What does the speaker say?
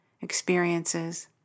experiences